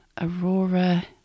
Aurora